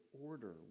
order